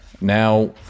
Now